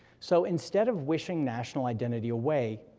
so instead of wishing national identity away,